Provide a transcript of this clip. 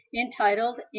entitled